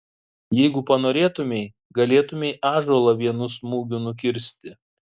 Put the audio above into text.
jeigu panorėtumei galėtumei ąžuolą vienu smūgiu nukirsti